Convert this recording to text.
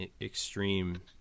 extreme